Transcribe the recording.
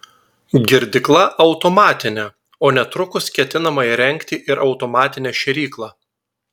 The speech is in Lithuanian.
girdykla automatinė o netrukus ketinama įrengti ir automatinę šėryklą